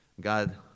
God